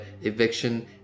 eviction